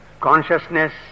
Consciousness